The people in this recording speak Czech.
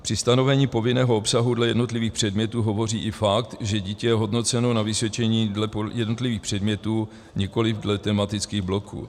Pro stanovení povinného obsahu dle jednotlivých předmětů hovoří i fakt, že dítě je hodnoceno na vysvědčení dle jednotlivých předmětů, nikoliv dle tematických bloků.